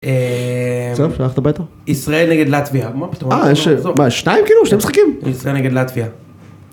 זהו, אפשר ללכת הביתה? ישראל נגד לטביה.אה יש...מה יש שניים כאילו? שני משחקים? ישראל נגד לטביה.